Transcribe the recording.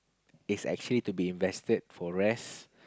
is actually to be invested for rest